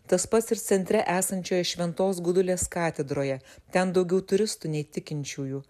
tas pats ir centre esančioje šventos gudulės katedroje ten daugiau turistų nei tikinčiųjų